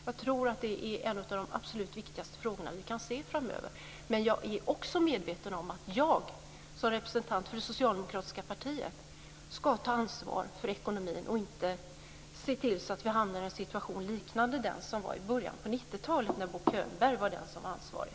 Jag tror att det är en av de absolut viktigaste frågor vi kan se framöver. Men jag är också medveten om att jag som representant för det socialdemokratiska partiet ska ta ansvar för ekonomin och se till att vi inte hamnar i en situation liknande den som var i början av 90-talet, när Bo Könberg var den som var ansvarig.